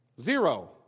Zero